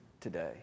today